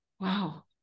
Wow